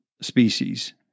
species